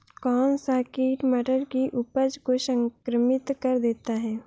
कौन सा कीट मटर की उपज को संक्रमित कर देता है?